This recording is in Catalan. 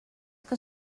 que